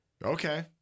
Okay